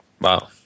Wow